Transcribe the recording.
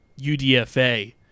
UDFA